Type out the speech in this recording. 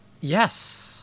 Yes